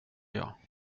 jag